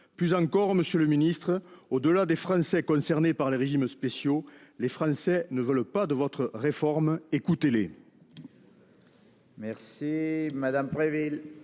Plus encore, monsieur le ministre, au-delà de ceux qui sont directement concernés par les régimes spéciaux, les Français ne veulent pas de votre réforme. Écoutez-les